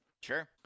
sure